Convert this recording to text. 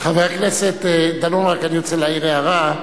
חבר הכנסת דנון, רק אני רוצה להעיר הערה,